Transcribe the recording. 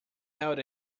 held